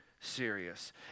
serious